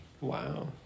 Wow